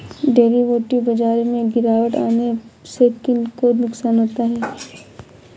Derivative बाजार में गिरावट आने से किन को नुकसान होता है?